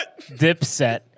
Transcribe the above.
dipset